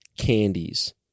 candies